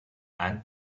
and